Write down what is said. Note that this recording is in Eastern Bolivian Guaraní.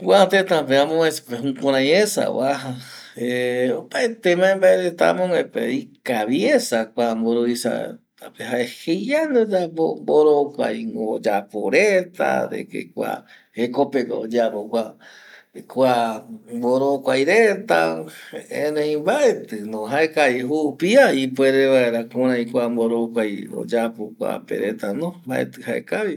Kua tëta pe amovece pe jukurai esa vuaja opaete mbae mbae reta amogue pe ikaviesa kua mburuvisape jae jeiaño oyapo, mborokuai oyapo reta deque kua jekopegua oyeapo kua, kua mborokuai reta erei mbaeti no jaekavi, jupia vi ipuere vaera kurai kua mborokuai oyapo kuape reta no, mbaeti jaekavi